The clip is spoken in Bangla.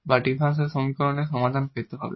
বা ডিফারেনশিয়াল সমীকরণের সমাধান পেতে হবে